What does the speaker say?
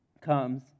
comes